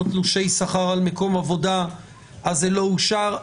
תלושי שכר על מקום עבודה זה לא אושר.